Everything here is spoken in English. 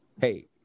Hey